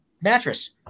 Mattress